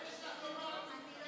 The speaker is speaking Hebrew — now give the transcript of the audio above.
מה יש לך לומר על כנופיית